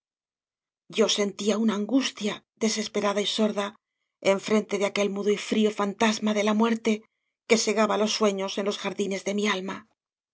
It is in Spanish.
yo sentía una angustia desesperada y sor da en frente de aquel mudo y frío fantasma de la muerte que segaba los sueños en los jardines de mi alma